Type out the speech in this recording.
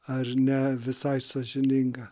ar ne visai sąžininga